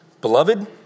Beloved